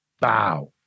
bow